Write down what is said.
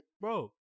Bro